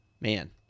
Man